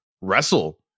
wrestle